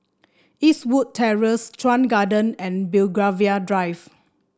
Eastwood Terrace Chuan Garden and Belgravia Drive